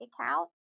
account